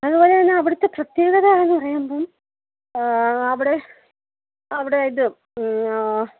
അതുപോലതന്നെ അവിടുത്തെ പ്രത്യേകത എന്നു പറയുമ്പം അവിടെ അവിടെ ഇത്